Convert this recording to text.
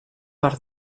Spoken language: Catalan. per